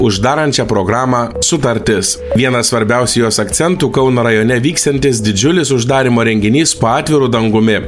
uždarančią programą sutartis vienas svarbiausių jos akcentų kauno rajone vyksiantis didžiulis uždarymo renginys po atviru dangumi